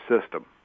System